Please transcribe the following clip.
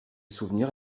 souvenir